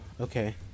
Okay